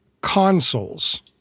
consoles